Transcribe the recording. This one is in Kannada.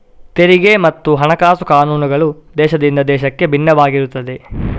ತೆರಿಗೆ ಮತ್ತು ಹಣಕಾಸು ಕಾನೂನುಗಳು ದೇಶದಿಂದ ದೇಶಕ್ಕೆ ಭಿನ್ನವಾಗಿರುತ್ತವೆ